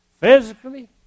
Physically